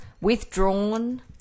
withdrawn